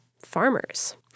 farmers